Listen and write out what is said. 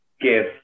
give